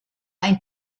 ein